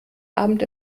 abend